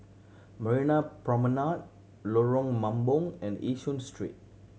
Marina Promenade Lorong Mambong and Yishun Street